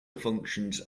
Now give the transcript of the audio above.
functions